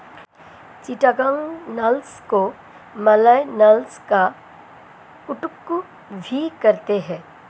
चिटागोंग नस्ल को मलय नस्ल का कुक्कुट भी कहते हैं